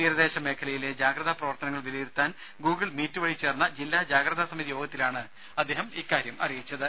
തീരദേശ മേഖലയിലെ ജാഗ്രതാ പ്രവർത്തനങ്ങൾ വിലയിരുത്താൻ ഗൂഗിൾ മീറ്റ് വഴി ചേർന്ന ജില്ലാ ജാഗ്രതാ സമിതി യോഗത്തിലാണ് അദ്ദേഹം ഇക്കാര്യം അറിയിച്ചത്